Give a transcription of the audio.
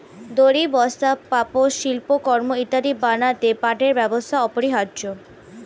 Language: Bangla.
দড়ি, বস্তা, পাপোশ, শিল্পকর্ম ইত্যাদি বানাতে পাটের ব্যবহার অপরিহার্য